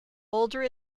older